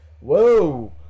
whoa